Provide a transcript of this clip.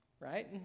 Right